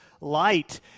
light